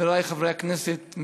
חברי חברי הכנסת,